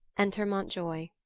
enter montioy.